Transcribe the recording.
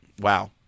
Wow